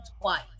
twice